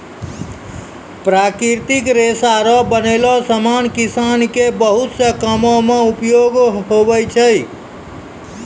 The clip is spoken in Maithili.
प्राकृतिक रेशा रो बनलो समान किसान के बहुत से कामो मे उपयोग हुवै छै